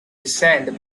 descend